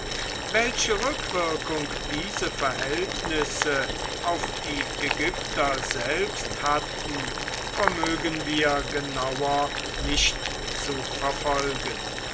welche rückwirkung diese verhältnisse auf die ägypter selbst hatten vermögen wir genauer nicht zu verfolgen